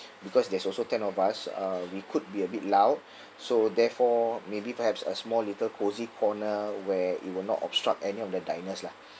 because there's also ten of us uh we could be a bit loud so therefore maybe perhaps a small little cozy corner where it will not obstruct any of the diners lah